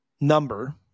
number